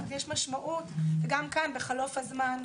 זאת אומרת יש משמעות וגם כאן בחלוף הזמן,